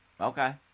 Okay